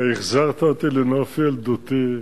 החזרת אותי לנוף ילדותי.